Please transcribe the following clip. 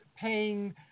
paying